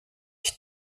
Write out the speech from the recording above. ich